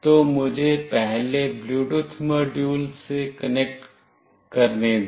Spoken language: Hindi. तो मुझे पहले ब्लूटूथ मॉड्यूल से कनेक्ट करने दें